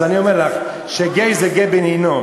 אז אני אומר לך שגיי זה גיא בן הינום.